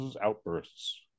outbursts